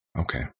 Okay